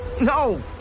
no